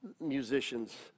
musicians